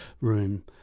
room